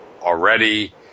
already